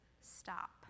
stop